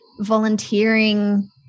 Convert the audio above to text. volunteering